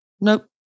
Nope